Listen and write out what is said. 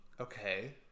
okay